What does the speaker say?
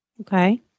Okay